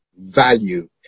value